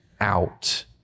out